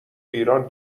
ایران